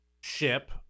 ship